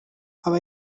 aba